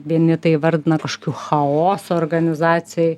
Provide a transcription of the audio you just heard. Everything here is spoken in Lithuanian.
vieni tai įvardina kažkokiu chaosu organizacijoj